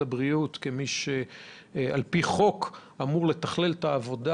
הבריאות כמי שעל פי חוק אמור לתכלל את העבודה